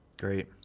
Great